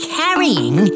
carrying